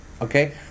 Okay